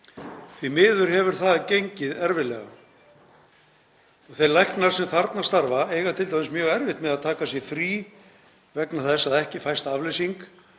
Því miður hefur það gengið erfiðlega. Þeir læknar sem þarna starfa eiga t.d. mjög erfitt með að taka sér frí vegna þess að ekki fæst afleysing